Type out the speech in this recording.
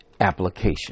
application